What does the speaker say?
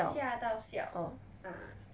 吓到笑 ah